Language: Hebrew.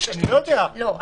לא.